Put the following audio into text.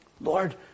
Lord